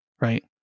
Right